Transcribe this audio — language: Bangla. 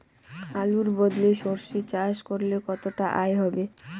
আলুর বদলে সরষে চাষ করলে কতটা আয় হবে?